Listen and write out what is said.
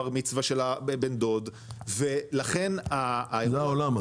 למי אתה פוגש בבר מצווה של הבן דוד ולכן --- זה העולם,